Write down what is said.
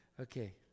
Okay